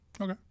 Okay